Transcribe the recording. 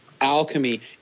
alchemy